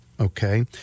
Okay